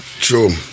True